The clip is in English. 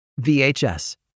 VHS